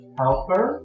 helper